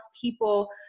people